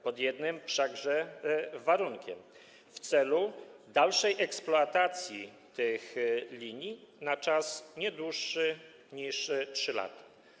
Pod jednym wszakże warunkiem: w celu dalszej eksploatacji tych linii na czas nie dłuższy niż 3 lata.